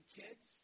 kids